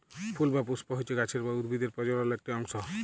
ফুল বা পুস্প হচ্যে গাছের বা উদ্ভিদের প্রজলন একটি অংশ